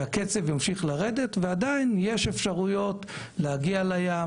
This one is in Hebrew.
שהקצב ימשיך לרדת ועדיין תהיינה אפשרויות להגיע לים,